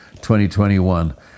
2021